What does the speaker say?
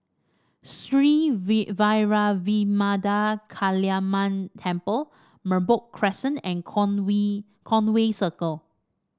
Sri Vairavimada Kaliamman Temple Merbok Crescent and Conway Circle